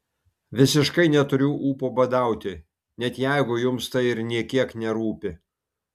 visiškai neturiu ūpo badauti net jeigu jums tai ir nė kiek nerūpi